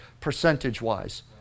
percentage-wise